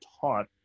taught